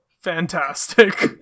Fantastic